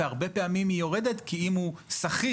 והרבה פעמים היא יורדת כי אם הוא שכיר